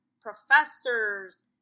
professors